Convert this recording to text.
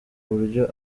buryo